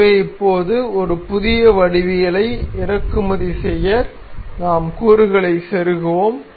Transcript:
எனவே இப்போது ஒரு புதிய வடிவவியலை இறக்குமதி செய்ய நாம் கூறுகளைச் செருகுவோம்